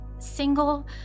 single